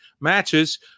matches